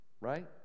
Right